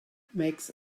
makes